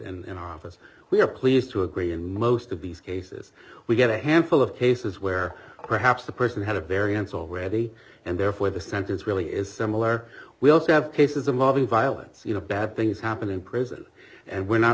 and office we're pleased to agree in most of these cases we get a handful of cases where perhaps the person had a variance already and therefore the sentence really is similar we also have cases involving violence you know bad things happen in prison and we're not